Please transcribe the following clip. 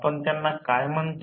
आपण त्यांना काय म्हणतो